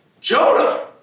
Jonah